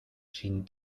sin